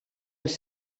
els